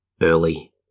early